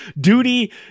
duty